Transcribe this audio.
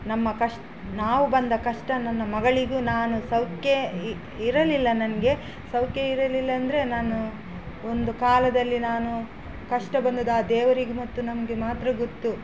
ನಮ್ಮ ಕಷ್ ನಾವು ಬಂದ ಕಷ್ಟ ನನ್ನ ಮಗಳಿಗು ನಾನು ಸೌಖ್ಯ ಇರಲಿಲ್ಲ ನನಗೆ ಸೌಖ್ಯ ಇರಲಿಲ್ಲಂದರೆ ನಾನು ಒಂದು ಕಾಲದಲ್ಲಿ ನಾನು ಕಷ್ಟ ಬಂದದ್ದು ಆ ದೇವರಿಗೆ ಮತ್ತು ನಮಗೆ ಮಾತ್ರ ಗೊತ್ತು